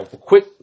quick